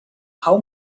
how